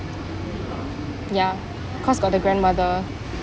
ya cause got the grandmother